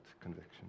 conviction